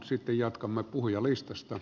sitten jatkamme puhujalistasta